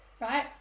right